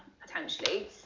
potentially